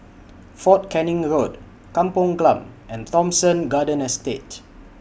Fort Canning Road Kampung Glam and Thomson Garden Estate